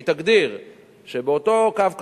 והיא תגדיר שבאותו קו כחול,